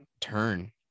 turn